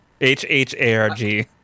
H-H-A-R-G